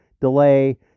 delay